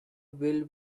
will